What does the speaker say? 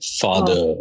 father